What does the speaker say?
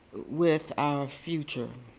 with our future